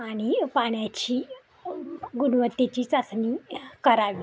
आणि पाण्याची गुणवत्तेची चाचणी करावी